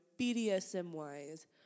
BDSM-wise